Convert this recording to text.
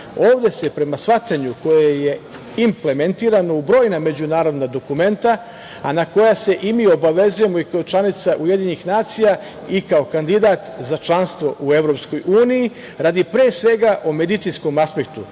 Ovde se prema shvatanju koje je implementirano u brojna međunarodna dokumenta, a na koja se i mi obavezujemo i kao članica UN i kao kandidat za članstvo u EU, radi pre svega o medicinskom aspektu,